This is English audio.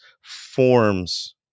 forms